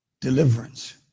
Deliverance